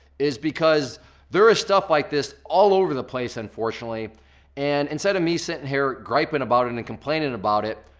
is because there is stuff like this all over the place unfortunately and instead of me sitting here griping about it and complaining about it,